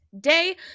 day